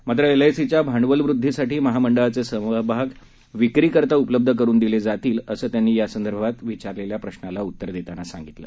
मात्र एलआयसीच्या भांडवल वदधीसाठी महामंडळाचे समभाग विक्रीकरता उलब्ध करून दिले जाणार असल्याचं त्यांनी यांदर्भातल्या प्रश्नाला उत्तर देताना सांगितलं